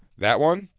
that one?